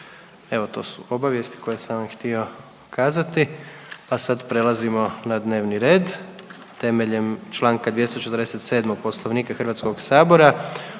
Evo to su obavijesti koje sam vam htio kazati, a sad prelazimo na dnevni red. Temeljem čl. 247. Poslovnika HS Odbor